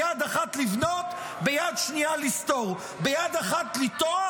ביד אחד לבנות,